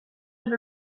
have